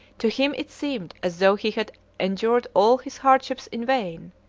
to him it seemed as though he had endured all his hardships in vain.